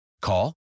Call